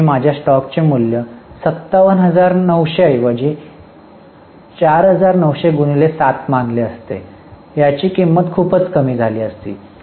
तर मी माझ्या स्टॉकचे मूल्य 57900 ऐवजी 4900 X 7 मानले असते याची किंमत खूपच कमी झाली असती